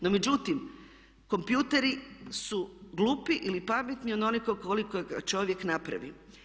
No međutim, kompjuteri su glupi ili pametni onoliko koliko čovjek napravi.